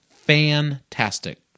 Fantastic